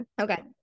Okay